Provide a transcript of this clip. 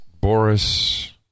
Boris